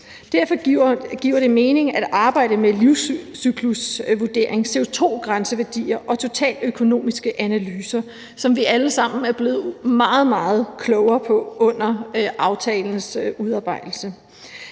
Derfor giver det mening at arbejde med livscyklusvurdering, CO2-grænseværdier og totaløkonomiske analyser, som vi alle sammen er blevet meget, meget klogere på under aftalens udarbejdelse,